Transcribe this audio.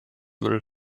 will